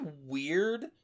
weird